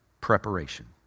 preparation